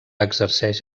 exerceix